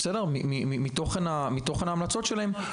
מתוכן ההמלצות שלהם,